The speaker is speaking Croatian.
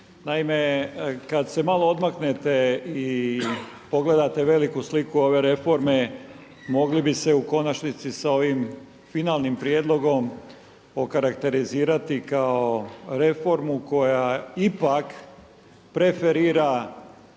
Naime, kada se malo odmaknete i pogledate veliku sliku ove reforme, mogli bi se u konačnici s ovim finalnim prijedlogom okarakterizirati kao reformu koja ipak preferira